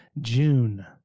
June